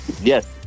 Yes